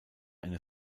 eine